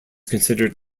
considered